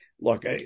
Look